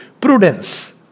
prudence